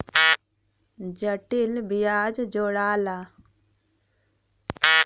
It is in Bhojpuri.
जटिल बियाज जोड़ाला